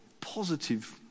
Positive